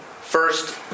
First